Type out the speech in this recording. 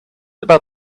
about